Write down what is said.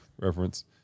reference